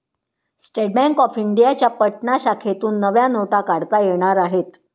state Bank of इंडियाच्या पटना शाखेतून नव्या नोटा काढता येणार आहेत